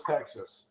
Texas